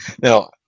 now